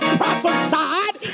prophesied